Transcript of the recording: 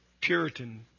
Puritan